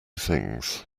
things